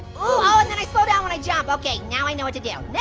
oh, and then i slow down when i jump, okay. now i know what to do,